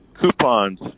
coupons